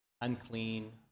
Unclean